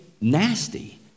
nasty